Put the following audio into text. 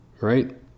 right